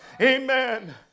amen